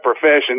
profession